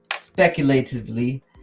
speculatively